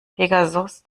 pegasos